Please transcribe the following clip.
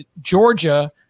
Georgia